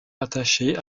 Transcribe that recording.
rattachés